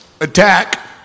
attack